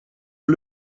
een